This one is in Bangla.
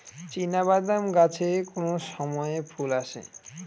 চিনাবাদাম গাছে কোন সময়ে ফুল আসে?